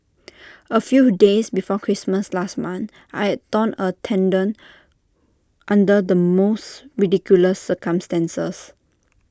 A few days before Christmas last month I had torn A tendon under the most ridiculous circumstances